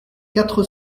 quatre